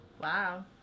Wow